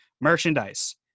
merchandise